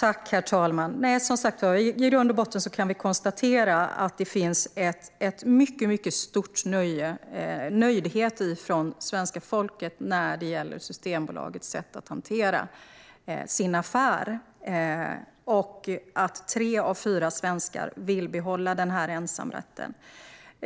Herr talman! I grund och botten kan vi konstatera att det finns en stor nöjdhet hos svenska folket när det gäller Systembolagets sätt att hantera sin affär. Tre av fyra svenskar vill behålla ensamrätten.